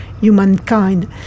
humankind